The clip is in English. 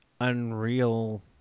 unreal